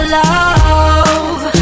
love